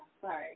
sorry